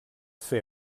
fer